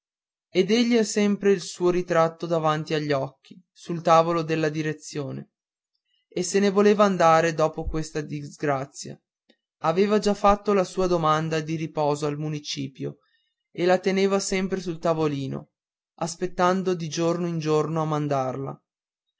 ed egli ha sempre il suo ritratto davanti agli occhi sul tavolino della direzione e se ne voleva andare dopo quella disgrazia aveva già fatto la sua domanda di riposo al municipio e la teneva sempre sul tavolino aspettando di giorno in giorno a mandarla